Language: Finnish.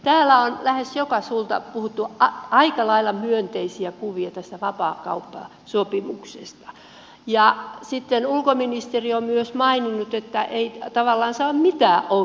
täällä on lähes joka suulla puhuttu aika lailla myönteisiä kuvia tästä vapaakauppasopimuksesta ja sitten ministeri on myös maininnut että ei tavallaan ole mitään ongelmia